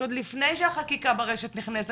שעוד לפני שהחקיקה ברשת נכנסת,